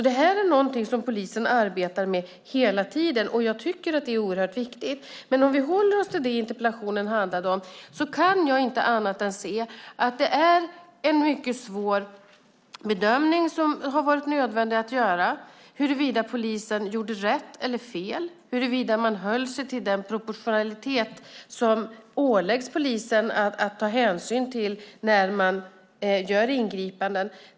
Detta är någonting som polisen arbetar med hela tiden, och jag tycker att det är oerhört viktigt. Om vi håller oss till det interpellationen handlar om kan jag inte annat än se att det är en mycket svår bedömning som har varit nödvändig att göra huruvida polisen gjorde rätt eller fel och huruvida man höll sig till den proportionalitet som åläggs polisen att ta hänsyn till när den gör ingripanden.